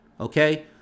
Okay